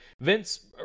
Vince